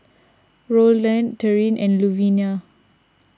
Rolland Tyrin and Luvinia